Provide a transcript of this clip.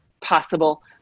possible